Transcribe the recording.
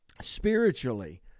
spiritually